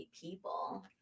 people